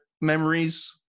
memories